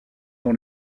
dans